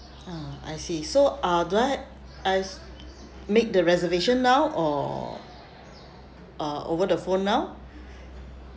ah I see so uh do I have as make the reservation now or or over the phone now